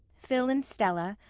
phil and stella,